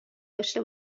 داشته